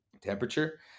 temperature